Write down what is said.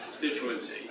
constituency